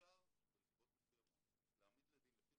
אפשר בנסיבות מסוימות להעמיד לדין לפי